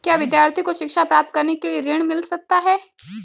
क्या विद्यार्थी को शिक्षा प्राप्त करने के लिए ऋण मिल सकता है?